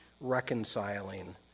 reconciling